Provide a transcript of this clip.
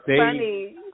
funny